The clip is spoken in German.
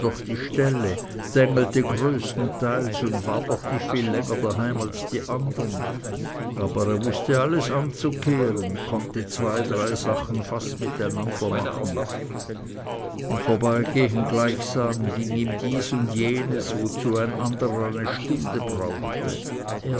die ställe dängelte größtenteils und war doch nicht viel länger daheim als die andern aber er wußte alles anzukehren konnte zwei drei sachen fast miteinander machen im vorbeigehen gleichsam ging ihm dies und jenes wozu ein anderer eine stunde brauchte